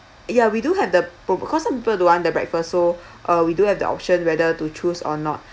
yeah we do have the po~ because some people don't want the breakfast so uh we do have the option whether to choose or not